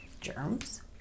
germs